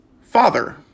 Father